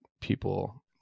people